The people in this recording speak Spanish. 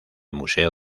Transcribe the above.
museo